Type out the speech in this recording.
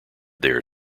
there